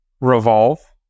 Revolve